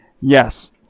Yes